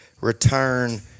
return